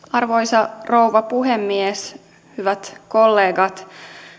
arvoisa rouva puhemies hyvät kollegat